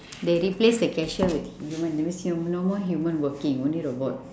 they replace the cashier with human that means no more human working only robot